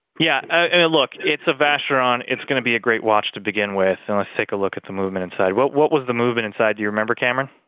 yeah and look it's a vaster on it's gonna be a great watch to begin with and let's take a look at the movement inside what what was the movement inside do you remember cameron